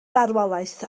farwolaeth